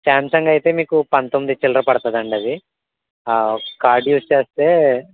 Samsung అయితే మీకు పంతొమ్మిది చిల్లర పడుతుందండి అది కార్డ్ యూజ్ చేస్తే